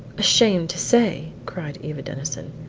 ashamed to say! cried eva denison.